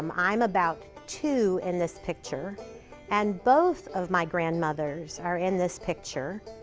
um i'm about two in this picture and both of my grandmothers are in this picture.